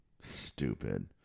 Stupid